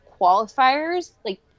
qualifiers—like